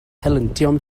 helyntion